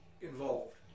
involved